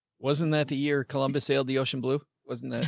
wasn't that the year columbus sailed the ocean blue wasn't, it?